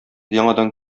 яңадан